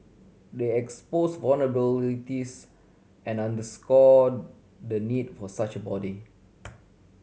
the exposed vulnerabilities and underscore the need for such a body